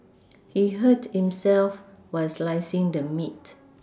he hurt himself while slicing the meat